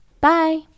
Bye